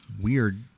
weird –